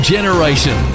Generation